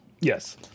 Yes